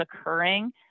occurring